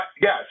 yes